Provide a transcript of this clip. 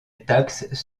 taxes